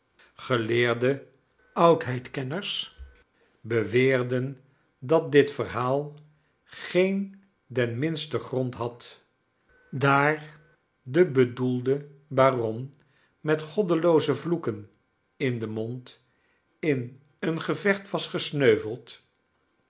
geleerde oudheidkenners beweerden dat dit verhaal geen den minsten grond had daar de bedoelde baron met goddelooze vloeken in den mond in een gevecht was gesneuveld